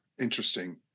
Interesting